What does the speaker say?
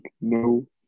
no